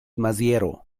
maziero